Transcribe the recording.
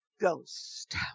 Ghost